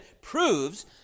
proves